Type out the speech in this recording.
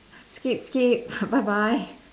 skip skip ha bye bye